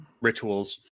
rituals